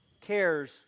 cares